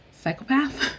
psychopath